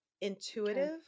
intuitive